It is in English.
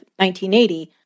1980